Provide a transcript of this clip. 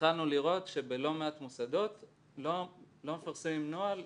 התחלנו לראות שבלא מעט מוסדות לא מפרסמים נוהל,